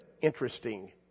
interesting